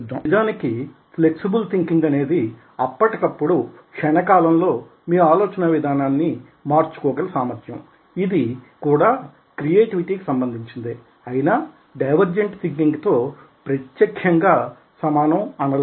నిజానికి flexible thinking అనేది అప్పటికప్పుడు క్షణకాలంలో మీ ఆలోచనా విధానాన్ని మార్చుకోగల సామర్థ్యం ఇది కూడా క్రియేటివిటీకి సంబంధించినదే అయినా డైవెర్జెంట్ థింకింగ్ తో ప్రత్యక్షంగా గా సమానం అనలేము